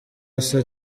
asa